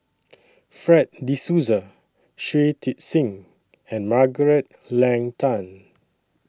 Fred De Souza Shui Tit Sing and Margaret Leng Tan